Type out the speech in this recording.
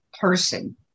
person